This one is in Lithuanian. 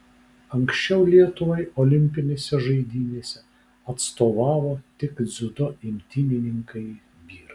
anksčiau lietuvai olimpinėse žaidynėse atstovavo tik dziudo imtynininkai vyrai